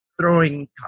throwing